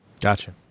gotcha